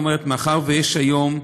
מאחר שיש היום,